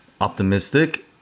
optimistic